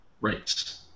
Right